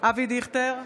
אבי דיכטר,